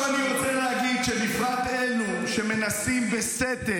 אני אספר לך איך זה עובד.